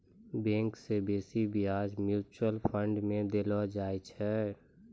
bank से बेसी ब्याज म्यूचुअल फंड मे देलो जाय छै